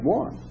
one